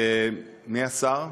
גברתי היושבת-ראש, מי השר?